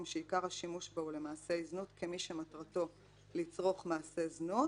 שעיקר השימוש בו הוא למעשי זנות כמי שמטרתו לצרוך מעשה זנות,